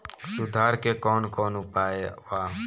सुधार के कौन कौन उपाय वा?